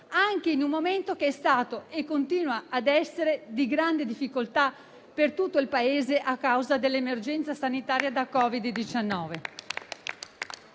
anche in un momento che è stato e continua a essere di grande difficoltà per tutto il Paese a causa dell'emergenza sanitaria da Covid-19.